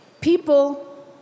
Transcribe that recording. people